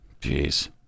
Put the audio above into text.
Jeez